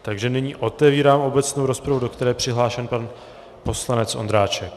Takže nyní otevírám obecnou rozpravu, do které je přihlášen pan poslanec Ondráček.